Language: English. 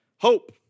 Hope